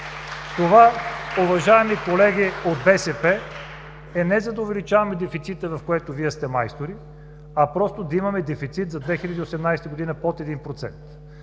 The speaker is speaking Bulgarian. Това, уважаеми колеги от БСП, е не за да увеличаваме дефицита, в което Вие сте майстори, а просто да имаме дефицит за 2018 г. под 1%.